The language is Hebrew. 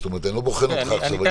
זאת אומרת שאני לא בוחן אותך עכשיו.